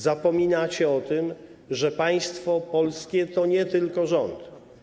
Zapominacie o tym, że państwo polskie to nie tylko rząd.